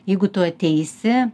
jeigu tu ateisi